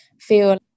feel